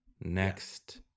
next